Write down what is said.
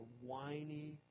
whiny